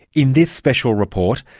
in this special report,